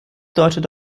deutet